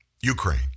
Ukraine